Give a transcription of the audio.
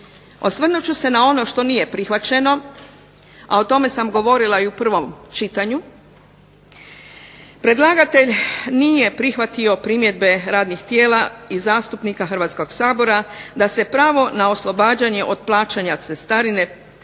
Osvrnut ću se na ono što nije prihvaćeno, a o tome sam govorila i u prvom čitanju. Predlagatelj nije prihvatio primjedbe radnih tijela i zastupnika Hrvatskog sabora da se pravo na oslobađanje od plaćanja cestarine